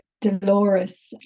Dolores